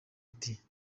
ati